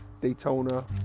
Daytona